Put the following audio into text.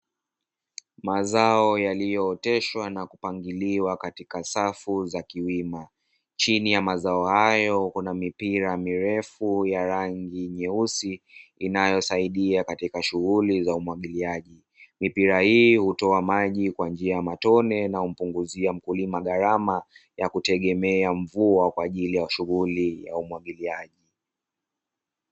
Mazao yaliyooteshwa na kupangiliwa katika safu za kiwima, chini ya mazao hayo kuna mipira mirefu ya rangi nyeusi inayosaidia katika shughuli za umwagiliaji, mipira hii hutoa maji kwa njia ya matone na humpunguzia mkulima gharama ya kutegemea mvua kwaajili ya shughuli ya umwagiliaji.